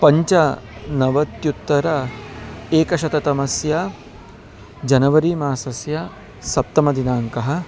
पञ्चनवत्युत्तर एकशततमस्य जनवरी मासस्य सप्तमदिनाङ्कः